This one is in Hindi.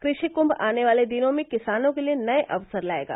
कृषि कुंम आने वाले दिनों में किसानों के लिए नये अक्सर लाएगा